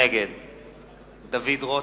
נגד דוד רותם,